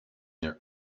their